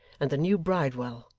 and the new bridewell.